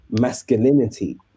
masculinity